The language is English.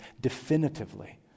definitively